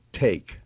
take